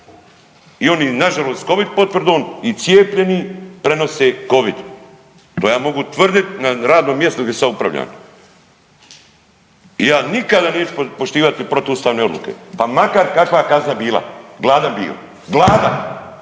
i oni nažalost s Covid potvrdom i cijepljeni prenose Covid. To ja mogu tvrdi na radnom mjestu gdje sad upravljam. I ja nikada neću poštivati protuustavne odluke pa makar kakva kazna bila, gladan bio, gladan.